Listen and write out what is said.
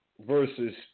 versus